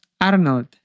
Arnold